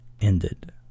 ended